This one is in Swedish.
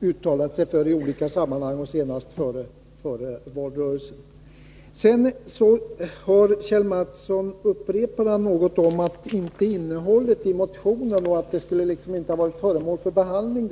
uttalat sig för i olika sammanhang, senast i valrörelsen. Kjell Mattsson upprepar sedan att innehållet i motionen vad gäller fysisk riksplanering inte skulle ha varit föremål för behandling.